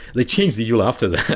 they changed the uler after that.